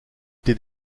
été